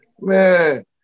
Man